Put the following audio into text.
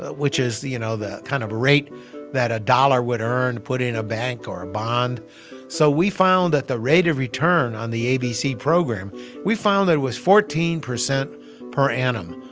ah which is, you know, the kind of rate that a dollar would earn put in a bank or a bond so we found that the rate of return on the abc program we found that it was fourteen percent per annum.